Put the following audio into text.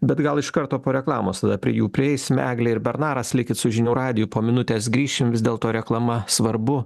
bet gal iš karto po reklamos tada prie jų prieisime eglė ir bernaras likit su žinių radiju po minutės grįšim vis dėlto reklama svarbu